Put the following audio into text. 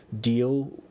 deal